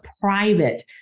private